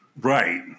Right